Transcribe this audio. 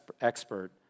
expert